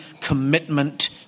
commitment